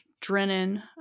Drennan